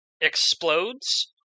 explodes